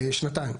שנתיים.